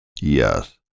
Yes